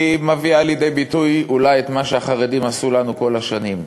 היא מביאה לידי ביטוי אולי את מה שהחרדים עשו לנו כל השנים: